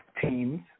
teams